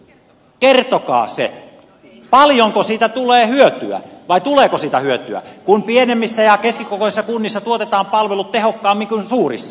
kertokaa se paljonko siitä tulee hyötyä vai tuleeko siitä hyötyä kun pienemmissä ja keskikokoisissa kunnissa tuotetaan palvelut tehokkaammin kuin suurissa